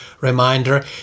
reminder